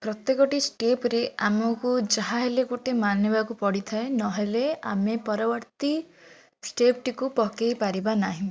ପ୍ରତ୍ୟେକଟି ଷ୍ଟେପ୍ ରେ ଆମକୁ ଯାହାହେଲେ ଗୋଟେ ମାନିବାକୁ ପଡ଼ିଥାଏ ନହେଲେ ଆମେ ପରବର୍ତ୍ତୀ ଷ୍ଟେପ୍ ଟି କୁ ପକେଇପାରିବା ନାହିଁ